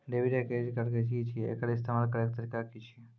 Debit या credit card की छियै? एकर इस्तेमाल करैक तरीका की छियै?